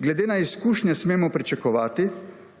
Glede na izkušnje smemo pričakovati,